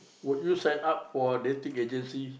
would you set up for dating agency